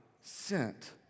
sent